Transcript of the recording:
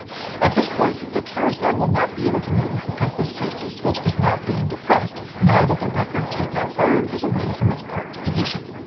at this point, the carousel will not be able to move because the safety switch is not being depressed now that the record take-out arm is away from its parked position.